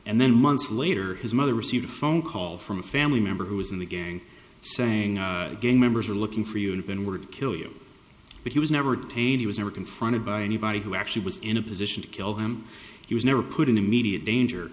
and then months later his mother received a phone call from a family member who is in the gang saying gang members are looking for you and been were to kill you but he was never tamed he was never confronted by anybody who actually was in a position to kill him he was never put in immediate danger